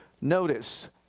Notice